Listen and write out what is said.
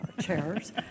chairs